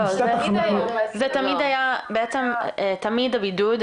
תמיד הבידוד,